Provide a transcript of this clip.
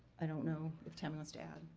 i don't know if tami wants to add.